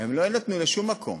הן לא יינתנו לשום מקום.